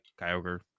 kyogre